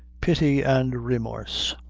pity and remorse.